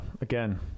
again